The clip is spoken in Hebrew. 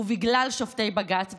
ובגלל שופטי בג"ץ,